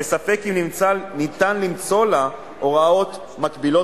שספק אם ניתן למצוא לה הוראות מקבילות